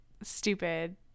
stupid